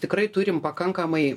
tikrai turim pakankamai